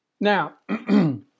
Now